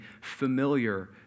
familiar